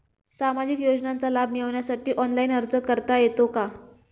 सामाजिक योजनांचा लाभ मिळवण्यासाठी ऑनलाइन अर्ज करता येतो का?